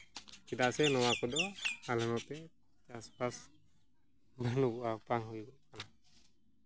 ᱪᱮᱫᱟᱜ ᱥᱮ ᱱᱚᱣᱟ ᱠᱚᱫᱚ ᱟᱞᱮ ᱱᱚᱛᱮ ᱪᱟᱥᱼᱵᱟᱥ ᱵᱟᱹᱱᱩᱜᱚᱜᱼᱟ ᱵᱟᱝ ᱦᱩᱭᱩᱜᱚᱜ ᱠᱟᱱᱟ